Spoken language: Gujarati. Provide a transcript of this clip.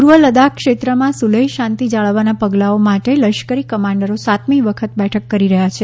પૂર્વ લદ્દાખ ક્ષેત્રમાં સુલેહ શાંતિ જાળવવાનાં પગલાંઓ માટે લશ્કરી કમાન્ડરો સાતમી વખત બેઠક કરી રહ્યા છે